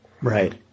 Right